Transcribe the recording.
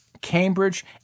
Cambridge